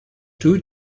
two